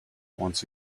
once